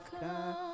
come